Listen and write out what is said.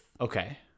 Okay